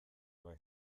bai